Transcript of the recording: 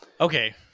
okay